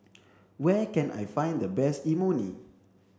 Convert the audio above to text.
where can I find the best Imoni